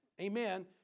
amen